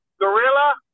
gorilla